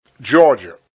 Georgia